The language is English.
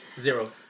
Zero